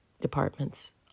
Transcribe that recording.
departments